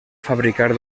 fabricar